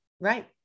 Right